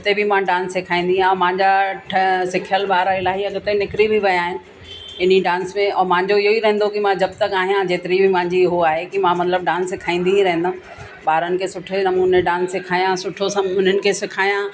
उते बि मां डांस सेखारींदी आहियां ऐं मुंहिंजा सुठा सिखियल ॿार इलाही अॻिते निकिरी बि विया आहिनि इन्ही डांस में ऐं मुंहिंजो इहो ई रहंदो की मां जब तक आहियां जेतिरी बि मुंहिंजी हो आहे की मां मतिलबु डांस सेखारींदी ई रहंदमि ॿारनि खे सुठे नमूने डांस सेखारियां सुठो सभु उन्हनि खे सेखारियां